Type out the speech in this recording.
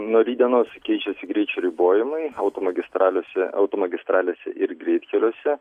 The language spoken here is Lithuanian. nuo rytdienos keičiasi greičio ribojimai automagistralėse automagistralėse ir greitkeliuose